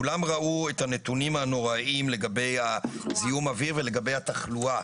כולם ראו את הנתונים הנוראיים לגבי זיהום האוויר ולגבי התחלואה.